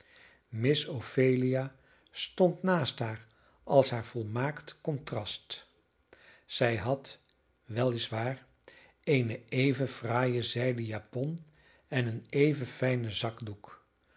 miss ophelia stond naast haar als haar volmaakt contrast zij had wel is waar eene even fraaie zijden japon en een even fijnen zakdoek